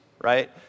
right